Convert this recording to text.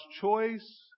choice